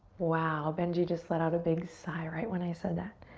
wow, benji just let out a big sigh right when i said that.